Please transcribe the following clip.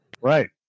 Right